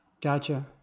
Gotcha